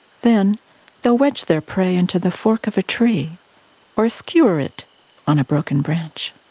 then they'll wedge their prey into the fork of a tree or skewer it on a broken branch.